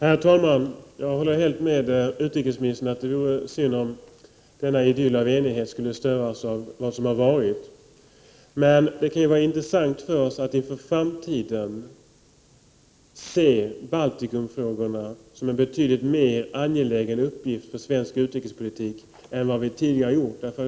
Herr talman! Jag håller helt med utrikesministern om att det vore synd om denna idyll av enighet skulle störas av vad som har varit. Men det kan ju vara intressant för oss att inför framtiden se Baltikumfrågorna som en betydligt mer angelägen uppgift för svensk utrikespolitik än vad vi tidigare har gjort.